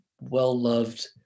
well-loved